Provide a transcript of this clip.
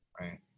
right